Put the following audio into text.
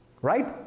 Right